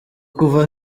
kuva